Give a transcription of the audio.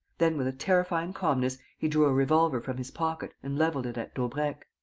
then, with a terrifying calmness, he drew a revolver from his pocket and levelled it at daubrecq.